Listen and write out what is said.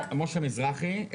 משה מזרחי.